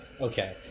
Okay